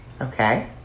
Okay